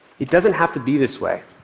it doesn't have to be this way.